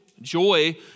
Joy